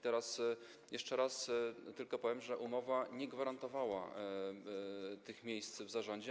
Teraz jeszcze raz tylko powiem, że umowa nie gwarantowała tych miejsc w zarządzie.